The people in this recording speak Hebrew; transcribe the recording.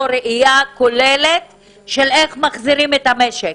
ראייה כוללת של איך מחזירים את המשק.